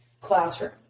classroom